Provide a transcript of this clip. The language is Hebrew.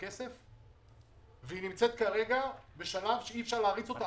רגע, עודד, אני רוצה לשמוע.